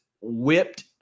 whipped